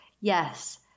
yes